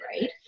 right